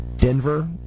Denver